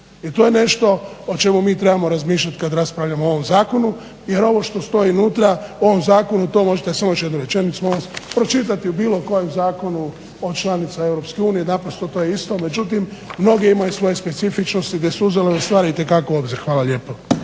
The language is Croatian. i to je nešto o čemu mi trebamo razmišljati kada raspravljamo o ovom zakonu jer ovo što stoji unutra u ovom zakonu to možete pročitati u bilo kojem zakonu od članica EU, naprosto to je isto. Međutim mnoge imaju svoje specifičnosti gdje su uzeli te stvari itekako u obzir. Hvala lijepa.